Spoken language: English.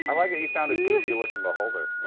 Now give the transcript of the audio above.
um like that you found a goofy-looking beholder.